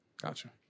Gotcha